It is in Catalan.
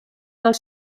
els